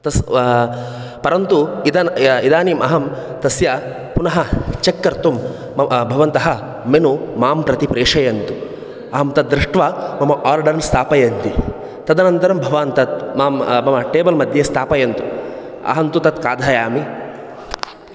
परन्तु इदानीम् अहं तस्य पुनः चेक् कर्तुं भवन्तः मेनु मां प्रति प्रेषयन्तु अहं तद्दृष्ट्वा मम आर्डर् स्थापयन्ति तदनन्तरं भवान् तत् मां मम टेबल् मध्ये स्थापयन्तु अहं तु तत् खादामि